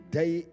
day